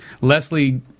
Leslie